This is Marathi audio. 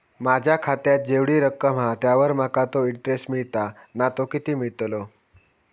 माझ्या खात्यात जेवढी रक्कम हा त्यावर माका तो इंटरेस्ट मिळता ना तो किती मिळतलो?